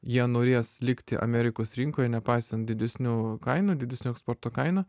jie norės likti amerikos rinkoj nepaisant didesnių kainų didesnio eksporto kainų